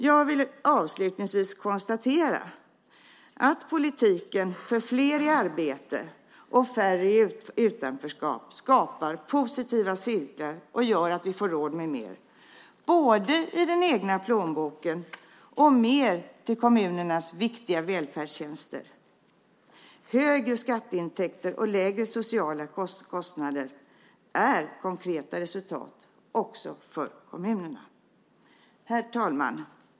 Jag vill avslutningsvis konstatera att politiken för fler i arbete och färre i utanförskap skapar positiva cirklar och gör att vi får råd med mer både ur den egna plånboken och till kommunernas viktiga välfärdstjänster. Högre skatteintäkter och lägre sociala kostnader är konkreta resultat också för kommunerna. Herr talman!